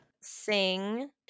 Sing